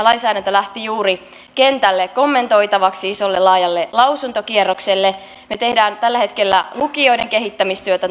lainsäädäntö lähti juuri kentälle kommentoitavaksi isolle laajalle lausuntokierrokselle me teemme tällä hetkellä lukioiden kehittämistyötä